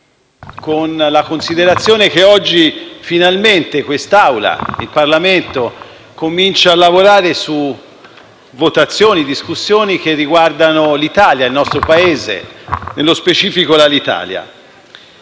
con la considerazione che oggi, finalmente, quest'Aula, il Parlamento, comincia a lavorare su votazioni e discussioni che riguardano l'Italia, il nostro Paese, nello specifico l'Alitalia.